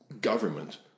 government